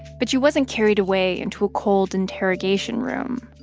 but she wasn't carried away into a cold interrogation room.